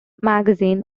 magazine